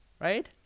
right